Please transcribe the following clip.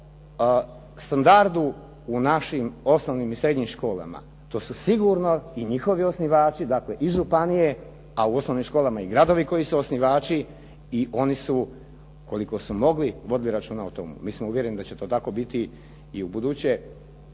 standardu u našim osnovnim i srednjim školama. To su sigurno i njihovi osnivači, dakle i županije a u osnovnim školama i gradovi koji su osnivači i oni su koliko su mogli vodili računa o tome. Mi smo uvjereni da će to tako biti i ubuduće.